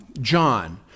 John